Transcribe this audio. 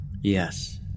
Yes